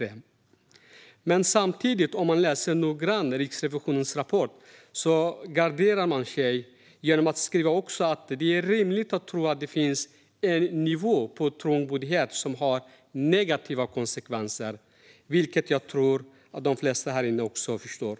Men om man läser Riksrevisionens rapport noggrant ser man att Riksrevisionen samtidigt garderar sig genom att skriva att det är rimligt att tro att det finns en nivå på trångboddhet som har negativa konsekvenser, vilket jag tror de flesta här inne också förstår.